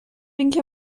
اینکه